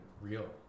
real